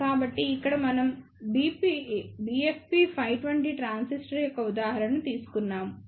కాబట్టి ఇక్కడ మనం BFP520 ట్రాన్సిస్టర్ యొక్క ఉదాహరణను తీసుకున్నాము